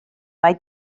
mai